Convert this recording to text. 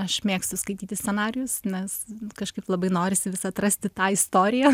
aš mėgstu skaityti scenarijus nes kažkaip labai norisi vis atrasti tą istoriją